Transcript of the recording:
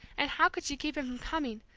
and how could she keep him from coming,